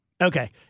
Okay